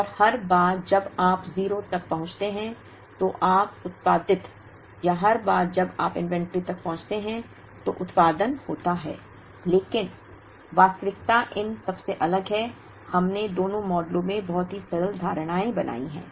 और हर बार जब आप 0 तक पहुंचते हैं तो आप उत्पादित या हर बार जब आप इन्वेंट्री तक पहुंचते हैं तो उत्पादन होता है लेकिन वास्तविकता इन सबसे अलग है हमने दोनों मॉडलों में बहुत ही सरल धारणाएं बनाई हैं